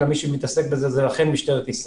ומי שמתעסק בזה זו משטרת ישראל.